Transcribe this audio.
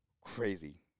Crazy